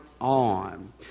on